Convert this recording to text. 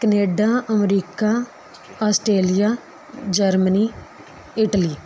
Canada America Australia Germany Italy